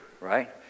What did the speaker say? Right